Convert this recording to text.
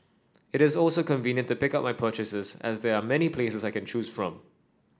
it is also convenient to pick up my purchases as there are many places I can choose from